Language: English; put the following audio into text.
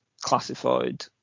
classified